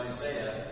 Isaiah